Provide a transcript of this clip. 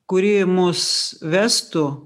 kuri mus vestų